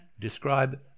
describe